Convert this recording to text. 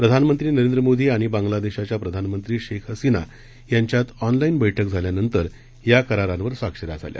प्रधानमंत्री नरेंद्र मोदी आणि बांगलादेशाच्या प्रधानमंत्री शेख हसीना यांच्यात ऑनलाईन बैठक झाल्यानंतर या करारांवर स्वाक्षऱ्या झाल्या